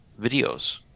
videos